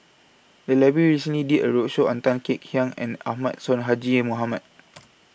The Library recently did A roadshow on Tan Kek Hiang and Ahmad Sonhadji Mohamad